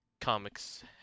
comics